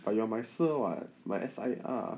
but you are my sir what my S_I_R